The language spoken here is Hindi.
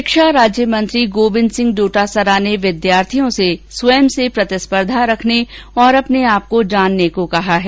शिक्षा राज्य मंत्री गोविन्द सिंह डोटासरा ने विद्यार्थियों से स्वयं से प्रतिस्पर्धा रखने और अपने आप को जानने को कहा है